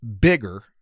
bigger